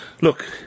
Look